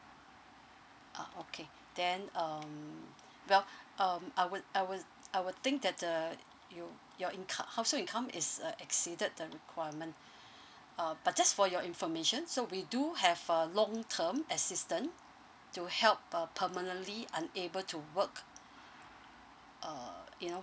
ah okay then um well um I would I would I would think that uh you your income household income is uh exceeded the requirement uh but just for your information so we do have a long term assistant to help uh permanently unable to work uh you know